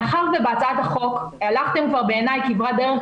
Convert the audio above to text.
מאחר ובהצעת החוק הלכתם בעיניי כברת דרך